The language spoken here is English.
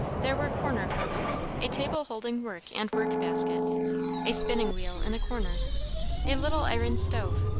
there were corner cupboards a table holding work and work-basket a spinning-wheel in a corner a little iron stove,